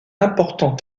important